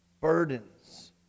Burdens